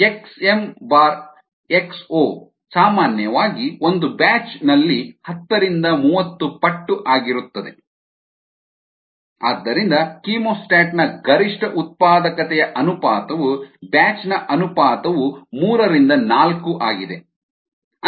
xmx0 ಸಾಮಾನ್ಯವಾಗಿ ಒಂದು batch ನಲ್ಲಿ ಹತ್ತರಿಂದ ಮೂವತ್ತು ಪಟ್ಟು ಆಗಿರುತ್ತದೆ RchemostatRbatch3to4 ಆದ್ದರಿಂದ ಕೀಮೋಸ್ಟಾಟ್ನ ಗರಿಷ್ಠ ಉತ್ಪಾದಕತೆಯ ಅನುಪಾತವು ಬ್ಯಾಚ್ನ ಅನುಪಾತವು ಮೂರರಿಂದ ನಾಲ್ಕು ಆಗಿದೆ